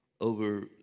over